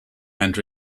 and